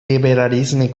liberalisme